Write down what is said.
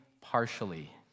partially